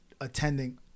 attending